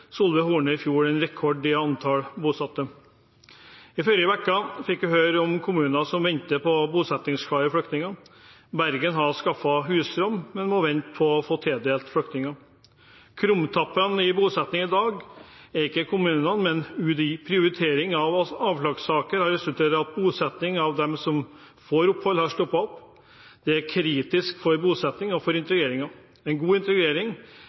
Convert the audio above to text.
Horne, i fjor rekord i antall bosatte. I forrige uke fikk vi høre om kommuner som venter på bosettingsklare flyktninger. Bergen har skaffet husrom, men må vente på å få tildelt flyktninger. Krumtappen i bosetting i dag er ikke kommunene, men UDIs prioritering av avslagssaker har resultert i at bosetting av dem som får opphold, har stoppet opp. Det er kritisk for bosettingen og for integreringen. En god integrering